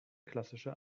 klassische